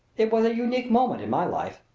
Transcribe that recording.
it was a unique moment in my life!